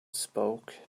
spoke